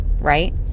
right